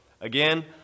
again